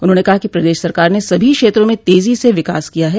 उन्होंने कहा कि प्रदेश सरकार ने सभी क्षेत्रों में तेजी से विकास किया है